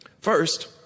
First